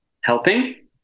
helping